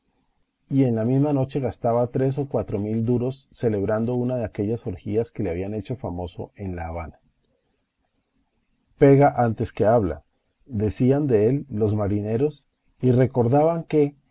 y en la misma noche gastaba tres o cuatro mil duros celebrando una de aquellas orgías que le habían hecho famoso en la habana pega antes que habla decían de él los marineros y recordaban que